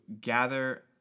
gather